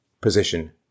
position